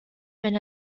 wenn